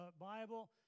Bible